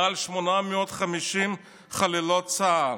יש מעל 850 חללות צה"ל,